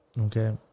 Okay